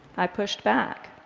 i pushed back.